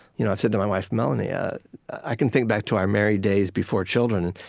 you know i've said to my wife, melanie, ah i can think back to our married days before children.